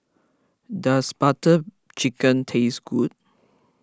does Butter Chicken taste good